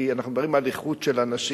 כי אנחנו מדברים על איכות של אנשים,